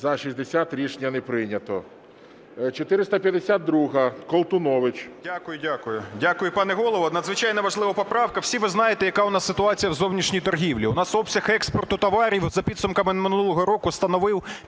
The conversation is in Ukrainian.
За-60 Рішення не прийнято. 452-а, Колтунович. 12:48:07 КОЛТУНОВИЧ О.С. Дякую, пане Голово. Надзвичайно важлива поправка. Всі ви знаєте, яка у нас ситуація в зовнішній торгівлі. У нас обсяг експорту товарів за підсумками минулого року становив